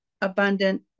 abundant